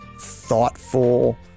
thoughtful